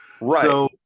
Right